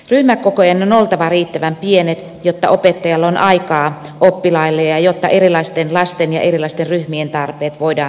ryhmäkokojen on oltava riittävän pienet jotta opettajalla on aikaa oppilaille ja jotta erilaisten lasten ja erilaisten ryhmien tarpeet voidaan huomioida